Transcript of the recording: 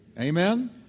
Amen